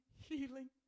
healing